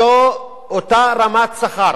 אותה רמת שכר,